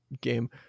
game